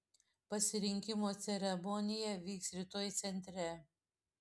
pasirinkimo ceremonija vyks rytoj centre